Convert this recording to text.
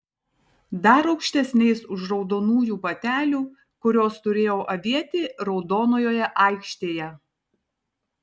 dar aukštesniais už raudonųjų batelių kuriuos turėjau avėti raudonojoje aikštėje